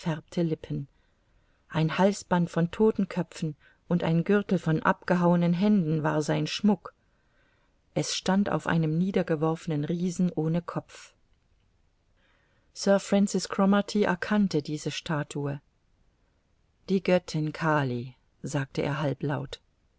lippen ein halsband von todtenköpfen und ein gürtel von abgehauenen händen war sein schmuck es stand auf einem niedergeworfenen riesen ohne kopf sir francis cromarty erkannte diese statue die göttin kali sagte er halblaut